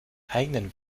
eigenen